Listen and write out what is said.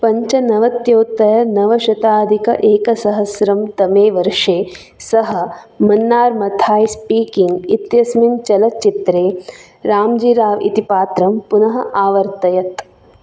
पञ्चनवत्योत्तरनवशताधिक एकसहस्रतमे वर्षे सः मन्नार् मथायि स्पीकिङ्ग् इत्यस्मिन् चलच्चित्रे राम्जी राव् इति पात्रं पुनः आवर्तयत्